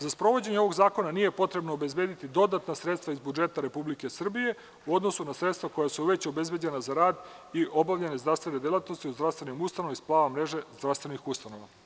Za sprovođenje ovog zakona nije potrebno obezbediti dodatna sredstva iz budžeta Republike Srbije u odnosu na sredstva koja su već obezbeđena za rad i obavljanje zdravstvene delatnosti u zdravstvenim ustanovama iz plana mreže zdravstvenih ustanova.